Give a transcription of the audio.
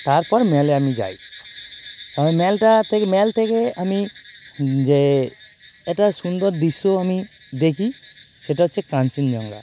তারপর মলে আমি যাই আমার মলটা থেকে মল থেকে আমি যে একটা সুন্দর দৃশ্য আমি দেখি সেটা হচ্ছে কাঞ্চনজঙ্ঘা